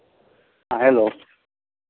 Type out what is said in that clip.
हाँ हेलो